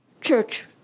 church